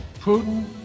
Putin